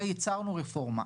וייצרנו רפורמה.